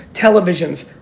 televisions,